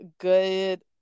good